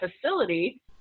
facility